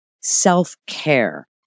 self-care